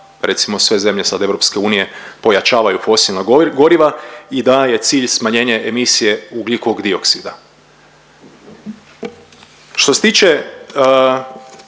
recimo sve zemlje sad EU pojačavaju fosilna goriva i da je cilj smanjenje emisije ugljikovog dioksida. Što se tiče